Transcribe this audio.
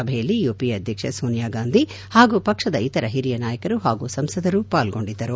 ಸಭೆಯಲ್ಲಿ ಯುಪಿಎ ಅಧ್ಯಕ್ಷೆ ಸೋನಿಯಾ ಗಾಂಧಿ ಹಾಗೂ ಪಕ್ಷದ ಇತರ ಹಿರಿಯ ನಾಯಕರು ಹಾಗೂ ಸಂಸದರು ಪಾರ್ಗೊಂಡಿದ್ದರು